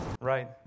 Right